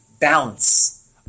balance